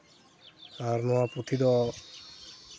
ᱟᱨ ᱱᱚᱣᱟ ᱯᱩᱛᱷᱤ ᱫᱚ